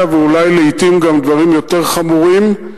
ואולי לעתים גם לדברים יותר חמורים.